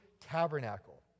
tabernacle